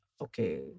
Okay